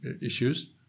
issues